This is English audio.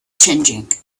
changing